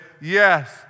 yes